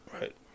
Right